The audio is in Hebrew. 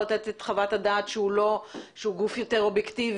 לתת את חוות הדעת ושהוא גוף יותר אובייקטיבי?